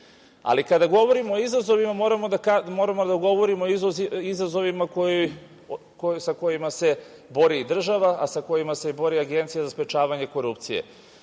Agenciju. Kada govorimo o izazovima moramo da govorimo o izazovima sa kojima se bori država, a sa kojima se bori i Agencija za sprečavanje korupcije.